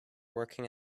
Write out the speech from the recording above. working